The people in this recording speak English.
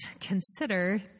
consider